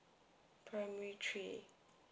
primary three